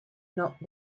not